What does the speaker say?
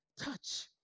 touch